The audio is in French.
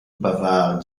bavard